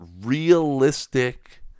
realistic